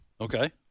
Okay